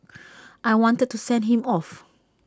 I wanted to send him off